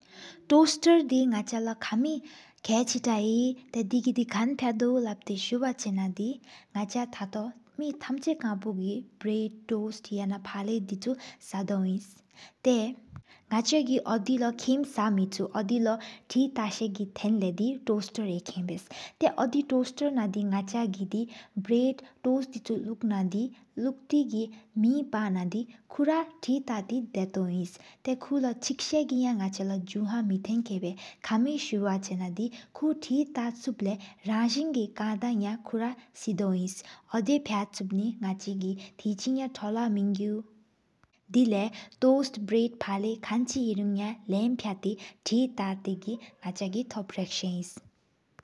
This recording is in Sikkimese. ཏོས་ཏར་དེ་ནག་ཅ་ལོ་ཀ་མི་ཁ་ཆེ་ཏ་ཧེ། ཏེའི་དེ་གི་ཁན་ཕདོཝ་ལབ་ཏེ་སུབ་ཨ་ཆེ་ན་དི། ནག་ཅ་ཐ་ཏོ་མེ་ཐམ་ཅ་བཀ་པོ་གི་བུར་ཞུང་རྒྱལ་སྲོལ། ཏོས་ཨི་ཡ་ན་ཕ་ལ་དི་ཆུ་ས་དོཝ་བརྙན། ཏེའི་ནག་ཅ་གི་ཞོད་ལོ་ཁེམ་ས་མེཆུ། ཏེའི་དོལ་ལོ་ཐེ་ཏག་ས་གི་ཐེན་ལོ་ཏོས་ཏར་ཡེ་སྒོ་བ། ཏེའི་དོལ་ཏོས་ཏར་ན་དི་ནག་གི་བུར་ཞུང་རྒྱལ་སྤྱི་སྐུ་ཅིག། ལུག་ན་དི་ལུག་ཏི་གི་མེའི་པ་ན་དིན། ཀོ་ར་ཐེག་ཏ་ཏི་གི་ད་ཏོ་ཨ་འི་ཨེནས། ཏེ་བཀོ་ལོ་ཅིག་ས་གི་སྐད་རྒྱལ་སྐུ་འཆེ་མེ་ཐེན་ཀ་བ། ཀ་མི་སུབ་ཆེ་ན་དི་ཁུ་ཐེག་ཏག་སུབ་ལེ ཡ། ཀོ་ར་ཟེན་གི་ཀ་ད་ཡ་གུ་ར་སེདོཝ་ཨ་འིནས། ཨོ་དེ་ཕྱ་ཆུ་བྷན་ནག་ཅ་དེདུ་ཨ་ཧྲི་ཡ། ཐོ་ལ་དེ་མིང་དེ་ལོས་བུར་ཤུང་རྒྱལ་སྐ་ཆེ་ངོ་གར་ཅིག་པར། ཡུ་རུན་ཡ་ལེ་ག་མོས་དེ་གི་ནག་ཅ་གི་ རྦོར་རྒྱལ། ཐེཀ་གཏག་ཐི་ཐོབ་རང་བས་ལོག་བྷུ་རྒྱལ།